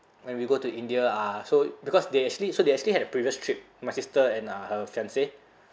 when we go to india uh so because they actually so they actually had a previous trip my sister and uh her fiance